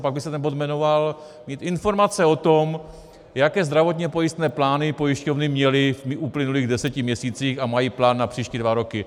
Pak by se ten bod jmenoval Informace o tom, jaké zdravotně pojistné plány pojišťovny měly v uplynulých deseti měsících a mají plán na příští dva roky.